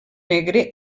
negre